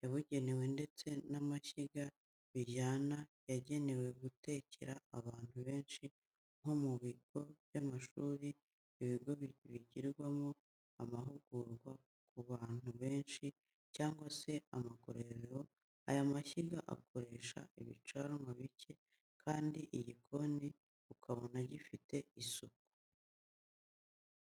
yabugenewe ndetse n'amashyiga bijyana yagenewe gutekera abantu benshi nko mu bigo by'amashuri, ibigo bitangirwamo amahugurwa ku bantu benshi, cyangwa se amagororero, aya mashyiga akoresha ibicanwa bike kandi igikoni ukabona gifite isuku.